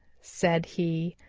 said he.